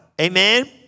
Amen